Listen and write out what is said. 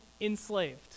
enslaved